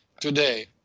today